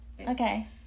Okay